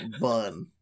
bun